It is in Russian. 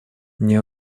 мне